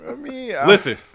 Listen